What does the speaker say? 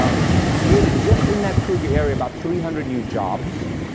um it's it's created just in that kruger area about three hundred new jobs,